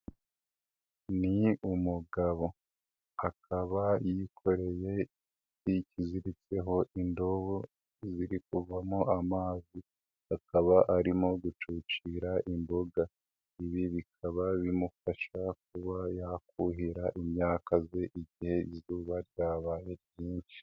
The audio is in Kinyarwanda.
Ni umugabo akaba yikoreye ikiziritseho indobo ziri kuvamo amazi. Akaba arimo gucucira imboga. Ibi bikaba bimufasha kuba yakuhira imyaka ye igihe izuba ryabaye ryinshi.